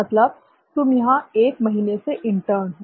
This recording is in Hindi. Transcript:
मतलब तुम यहां 1 महीने से इंटर्न हो